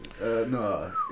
No